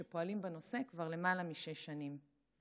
שפועלים בנושא כבר למעלה משש שנים.